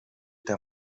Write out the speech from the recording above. der